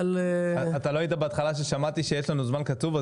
לא היית בהתחלה כשאמרתי שיש לנו זמן קצוב.